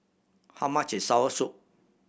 how much is soursop